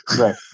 Right